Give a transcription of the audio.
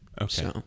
Okay